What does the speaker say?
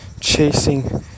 chasing